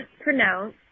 pronounce